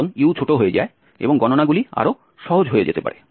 কারণ u ছোট হয়ে যায় এবং গণনাগুলি আরও সহজ হয়ে যেতে পারে